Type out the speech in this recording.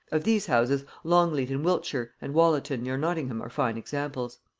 of these houses longleat in wiltshire and wollaton near nottingham are fine examples